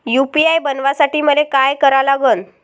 UPI बनवासाठी मले काय करा लागन?